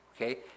okay